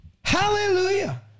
hallelujah